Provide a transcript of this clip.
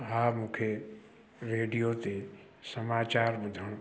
हा मूंखे रेडीयो ते समाचार ॿुधणु